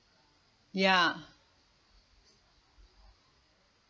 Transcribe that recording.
ya